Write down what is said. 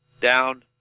down